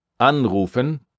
anrufen –